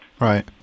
Right